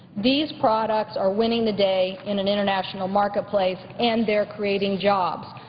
these products are winning the day in an international marketplace, and they're creating jobs.